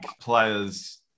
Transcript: players